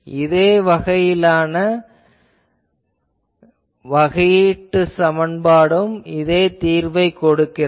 இதே வகையிலான வகையீட்டு சமன்பாடும் இதே தீர்வைக் கொடுக்கிறது